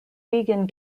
vegan